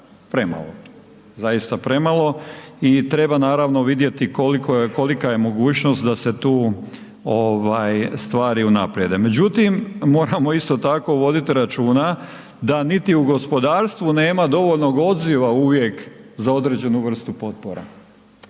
premalo, zaista premalo i treba naravno vidjeti kolika je mogućnost da se tu stvari unaprijede. Međutim moramo isto tako vidit računa da niti u gospodarstvu nema dovoljnog odziva uvijek za određenu vrstu potpora.